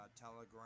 Telegram